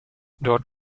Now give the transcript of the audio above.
dort